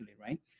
right